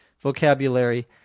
vocabulary